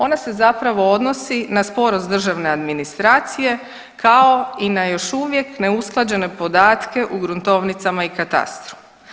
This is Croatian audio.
Ona se zapravo odnosi na sporost državne administracije kao i na još uvijek neusklađene podatke u gruntovnicama i katastru.